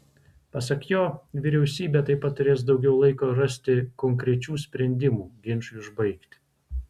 pasak jo vyriausybė taip pat turės daugiau laiko rasti konkrečių sprendimų ginčui užbaigti